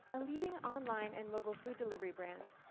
a leading online and mobile food delivery brand,